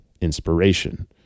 inspiration